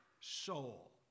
soul